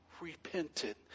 repented